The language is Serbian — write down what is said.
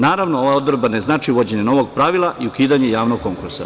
Naravno, ovo odredba ne znači uvođenje novog pravila i ukidanje javnog konkursa.